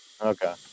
okay